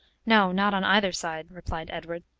no, not on either side, replied edward.